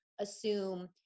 assume